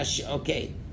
Okay